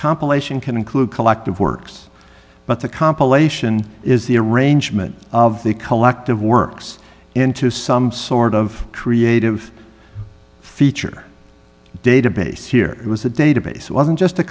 compilation can include collective works but the compilation is the arrangement of the collective works into some sort of creative feature database here it was a database wasn't just a